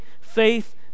faith